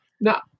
Now